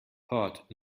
port